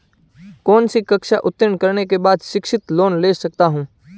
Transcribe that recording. कौनसी कक्षा उत्तीर्ण करने के बाद शिक्षित लोंन ले सकता हूं?